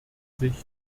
sich